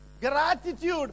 gratitude